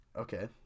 Okay